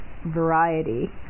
variety